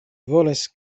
volas